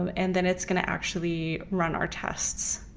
um and then it's going to actually run our tests.